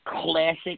classic